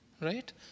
right